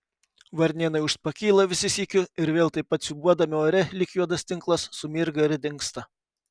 varnėnai ūžt pakyla visi sykiu ir vėl taip pat siūbuodami ore lyg juodas tinklas sumirga ir dingsta